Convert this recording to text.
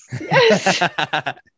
yes